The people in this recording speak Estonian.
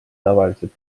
tavaliselt